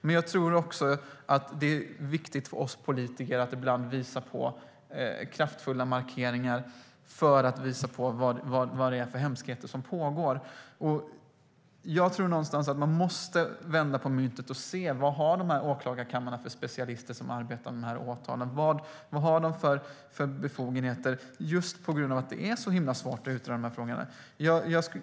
Men det är också viktigt att vi politiker ibland gör kraftfulla markeringar för att visa på vilka hemskheter som pågår. Just på grund av att det är svårt att utreda de här frågorna måste man vända på myntet och titta på vilka specialister åklagarkamrarna har som arbetar med åtalen. Vilka befogenheter har de?